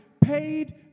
paid